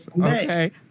Okay